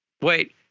Wait